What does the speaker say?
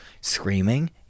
Screaming